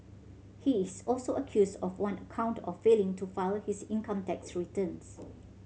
he is also accused of one account of failing to file his income tax returns